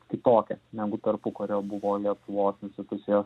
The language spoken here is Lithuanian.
kitokia negu tarpukario buvo lietuvos institucijos